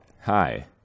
Hi